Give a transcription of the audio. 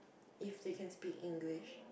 if they can speak English